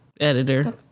Editor